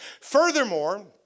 Furthermore